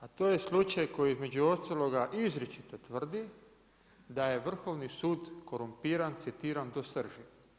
A to je slučaj koji između ostaloga izričito tvrdi da je Vrhovni sud korumpiran, citiram „do srži“